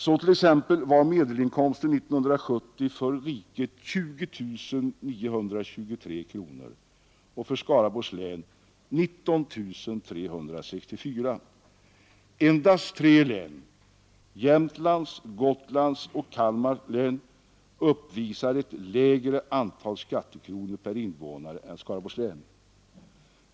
Så var t.ex. medelinkomsten 1970 för riket 20 923 kronor och för Skaraborgs län 19 364 kronor. Endast tre län, Jämtlands, Gotlands och Kalmar län uppvisar ett lägre antal skattekronor per invånare än Skaraborgs län.